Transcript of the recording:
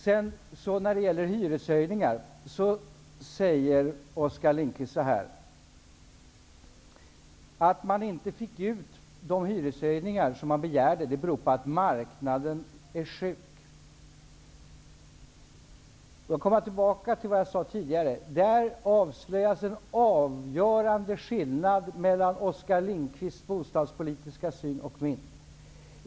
När det sedan gäller hyreshöjningar säger Oskar Lindkvist att det förhållandet att man inte fick ut de hyreshöjningar som man begärde beror på att marknaden är sjuk. Jag kommer tillbaka till vad jag sade tidigare. Här avslöjas en avgörande skillnad mellan Oskar Lindkvists bostadspolitiska syn och min.